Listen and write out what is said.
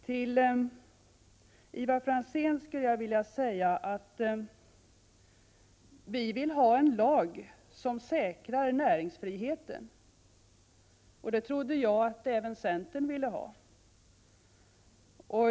Till Ivar Franzén skulle jag vilja säga att vi har en lag som säkrar näringsfriheten. Det trodde jag att även centern ville ha.